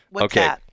okay